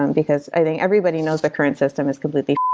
and because i think everybody knows the current system is completely